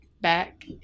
back